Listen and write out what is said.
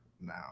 now